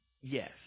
yes